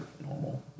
normal